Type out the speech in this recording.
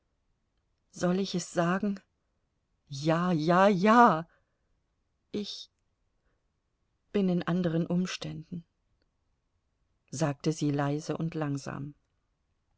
soll ich es sagen ja ja ja ich bin in anderen umständen sagte sie leise und langsam